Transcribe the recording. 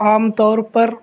عام طور پر